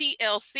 TLC